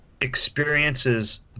experiences